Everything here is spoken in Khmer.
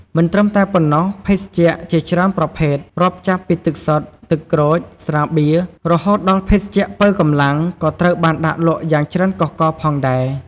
មិនត្រឹមតែប៉ុណ្ណោះ ភេសជ្ជៈ ជាច្រើនប្រភេទ រាប់ចាប់ពីទឹកសុទ្ធ ទឹកក្រូច ស្រាបៀរ រហូតដល់ភេសជ្ជៈប៉ូវកម្លាំង ក៏ត្រូវបានដាក់លក់យ៉ាងច្រើនកុះករផងដែរ។